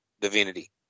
Divinity